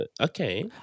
Okay